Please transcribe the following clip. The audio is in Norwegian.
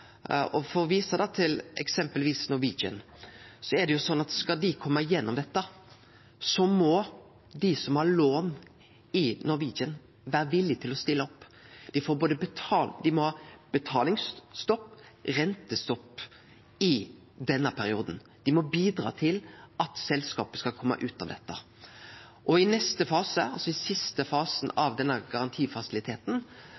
og for å vise til eksempelvis Norwegian, er det sånn at skal dei kome gjennom dette, må dei som har lån i Norwegian, vere villige til å stille opp. Dei må ha betalingsstopp, rentestopp i denne perioden. Dei må bidra til at selskapet skal kome ut av dette. Og i neste fase, altså i den siste fasen